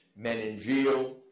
meningeal